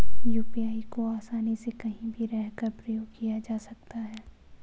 UPI को आसानी से कहीं भी रहकर प्रयोग किया जा सकता है